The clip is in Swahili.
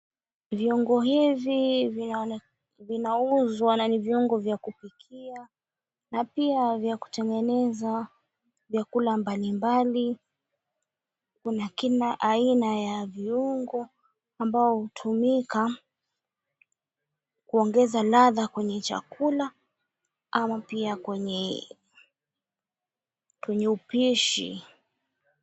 Viungo hivi vinauzwa na ni viungo vya kupikia na pia vya kutengeneza vyakula mbali mbali. Kuna kila aina ya viungo ambavyo hutumika kuongeza ladha kwenye chakula ama pia kwenye upishi.